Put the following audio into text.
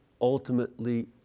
ultimately